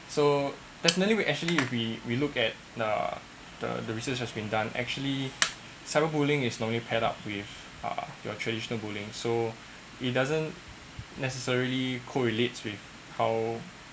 so definitely we actually we we look at the the the research has been done actually cyber-bullying is normally pair up with err your traditional bullying so it doesn't necessarily correlates with how